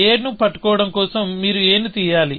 a పట్టుకోవడం కోసం మీరు a ని తీయాలి